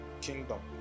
kingdom